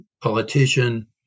politician